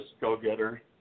go-getter